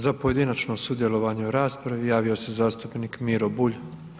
Za pojedinačno sudjelovanje u raspravi javio se zastupnik Miro Bulj.